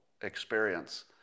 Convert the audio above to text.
experience